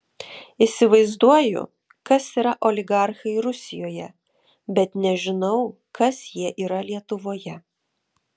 įsivaizduoju kas yra oligarchai rusijoje bet nežinau kas jie yra lietuvoje